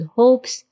hopes